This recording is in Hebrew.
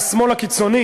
והשמאל הקיצוני,